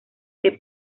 que